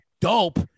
dope